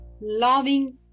loving